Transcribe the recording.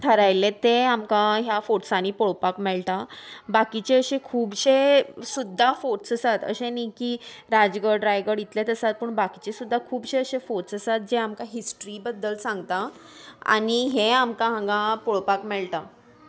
थारायल्लें ते आमकां ह्या फोर्ट्सांनी पळोवपाक मेळटा बाकीचे अशे खुबशे सुद्दा फोर्ट्स आसात अशे न्ही की राजगड रायगड इतलेच आसात पूण बाकीचे सुद्दा खुबशे अशे फोर्ट्स आसात जे आमकां हिस्ट्री बद्दल सांगता आनी हें आमकां हांगा पळोवपाक मेळटा